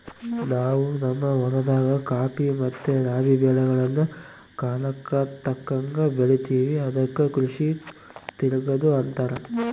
ನಾವು ನಮ್ಮ ಹೊಲದಾಗ ಖಾಫಿ ಮತ್ತೆ ರಾಬಿ ಬೆಳೆಗಳ್ನ ಕಾಲಕ್ಕತಕ್ಕಂಗ ಬೆಳಿತಿವಿ ಅದಕ್ಕ ಕೃಷಿ ತಿರಗದು ಅಂತಾರ